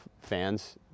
fans